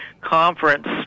conference